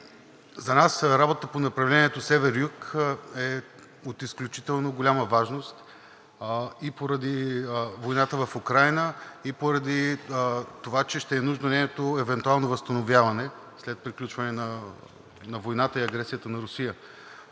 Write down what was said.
за нас работата по направлението север – юг е от изключително голяма важност и поради войната в Украйна, и поради това, че ще е нужно нейното евентуално възстановяване след приключване на войната и агресията на Русия.